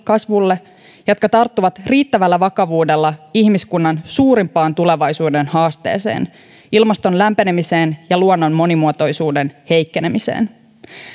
kasvulle ja jotka tarttuvat riittävällä vakavuudella ihmiskunnan suurimpaan tulevaisuuden haasteeseen ilmaston lämpenemiseen ja luonnon monimuotoisuuden heikkenemiseen